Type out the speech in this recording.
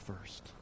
first